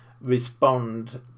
respond